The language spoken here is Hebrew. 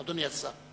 אדוני השר.